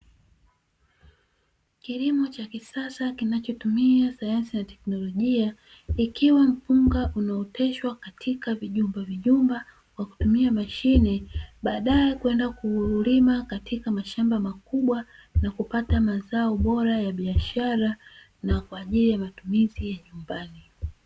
Kilimo cha kisasa kinachotumia sayansi na teknolojia, ikiwa mpunga unaoteshwa katika vijumba vijumba kwa kutumia mashine baadae kwenda kulima katika mashamba makubwa na kupata mazao bora ya biashara na kwa ajili ya matumizi ya nyumbani.